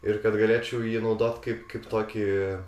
ir kad galėčiau jį naudot kaip kaip tokį